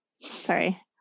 Sorry